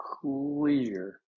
clear